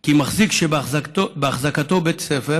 כי מחזיק שבהחזקתו בית ספר